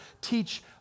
teach